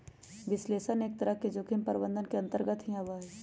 विश्लेषण एक तरह से जोखिम प्रबंधन के अन्तर्गत भी आवा हई